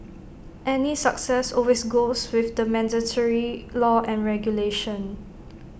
any success always goes with the mandatory law and regulation